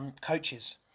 coaches